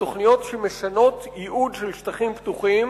תוכניות שמשנות ייעוד של שטחים פתוחים,